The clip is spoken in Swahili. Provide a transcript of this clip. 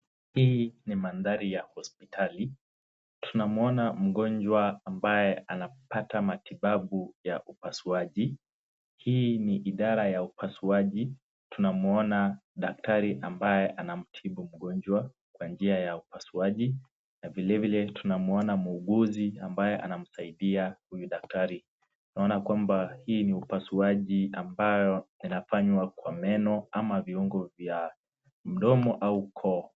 Hii ni maandhari ya hospitali. Tunamwona mgonjwa ambae anapata matibabu ya upasuaji, hii ni idara ya upasuaji. Tunamwona daktari ambae anamtibu mgonjwa kwa njia ya upasuaji na vile vile tunamwona muunguzi ambae anamsaidia huyu daktari. Tunaona kwamba hii ni upasuaji ambayo inafanywa kwa meno ama viungo kwa mdomo au koo.